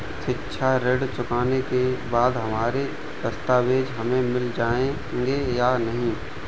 शिक्षा ऋण चुकाने के बाद हमारे दस्तावेज हमें मिल जाएंगे या नहीं?